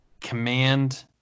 command